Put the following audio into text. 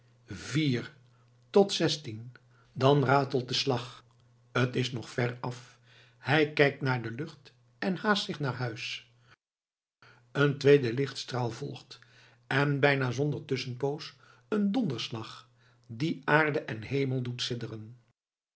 vier tot zestien dan ratelt de slag t is nog veraf hij kijkt naar de lucht en haast zich naar huis een tweede lichtstraal volgt en bijna zonder tusschenpoos een donderslag die aarde en hemel doet